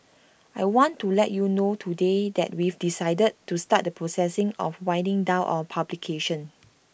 I want to let you know today that we've decided to start the process of winding down our publication